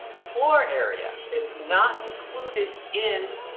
floor area it's not included in.